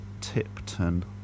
tipton